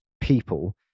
people